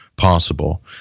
possible